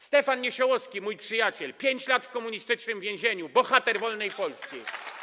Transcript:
Stefan Niesiołowski, mój przyjaciel - 5 lat w komunistycznym więzieniu, bohater wolnej Polski.